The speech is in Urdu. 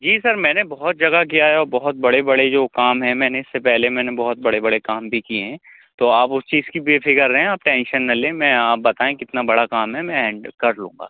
جی سر میں نے بہت جگہ کیا ہے اور بہت بڑے بڑے جو کام ہیں میں نے اِس سے پہلے میں نے بہت بڑے بڑے کام بھی کیے ہیں تو آپ اُس چیز کی بے فِکر رہیں آپ ٹینشن نہ لیں میں آپ بتائیں کتنا بڑا کام ہے میں ہینڈل کر لوں گا